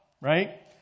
right